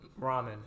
ramen